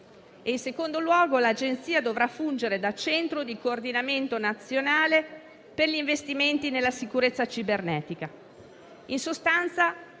In secondo luogo, l'Agenzia dovrà fungere da centro di coordinamento nazionale per gli investimenti nella sicurezza cibernetica. In sostanza,